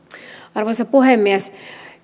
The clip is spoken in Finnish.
arvoisa puhemies